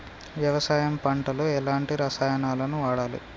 వ్యవసాయం పంట లో ఎలాంటి రసాయనాలను వాడాలి?